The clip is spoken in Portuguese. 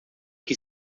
que